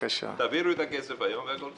-- תעבירו את הכסף היום והכול בסדר.